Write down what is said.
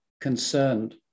concerned